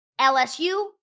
LSU